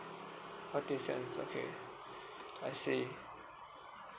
okay cents okay I see